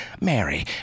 Mary